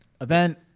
event